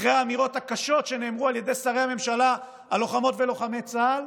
אחרי האמירות הקשות שנאמרו על ידי שרי הממשלה על לוחמות ולוחמי צה"ל,